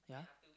yeah